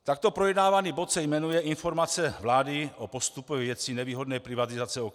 Takto projednávaný bod se jmenuje Informace vlády o postupu ve věci nevýhodné privatizace OKD.